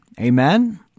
Amen